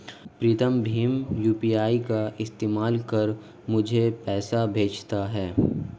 प्रीतम भीम यू.पी.आई का इस्तेमाल कर मुझे पैसे भेजता है